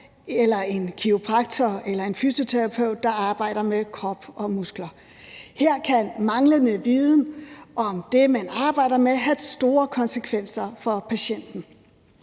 eller en kiropraktor eller en fysioterapeut, der arbejder med krop og muskler. Her kan manglende viden om det, man arbejder med, have store konsekvenser for patienten.